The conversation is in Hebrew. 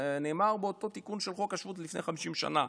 זה נאמר באותו תיקון של חוק השבות לפני 50 שנה.